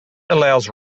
allows